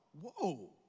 whoa